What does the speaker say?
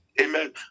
Amen